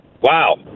Wow